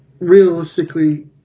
realistically